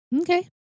Okay